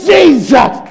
Jesus